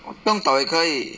我不用倒也可以